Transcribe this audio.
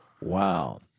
Wow